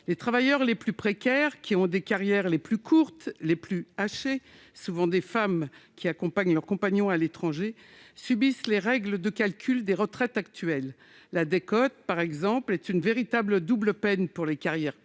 Les travailleurs les plus précaires, qui ont les carrières les plus courtes et les plus hachées- ce sont souvent des femmes qui accompagnent leur compagnon à l'étranger -, subissent les règles de calcul des retraites actuelles. Par exemple, la décote est une véritable double peine pour les carrières